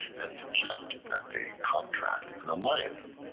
and suggested that they contract an alliance,